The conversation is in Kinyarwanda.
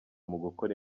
gukora